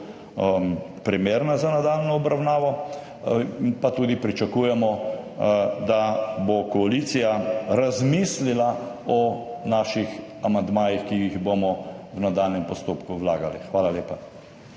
primerna za nadaljnjo obravnavo in tudi pričakujemo, da bo koalicija razmislila o naših amandmajih, ki jih bomo v nadaljnjem postopku vlagali. Hvala lepa.